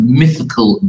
mythical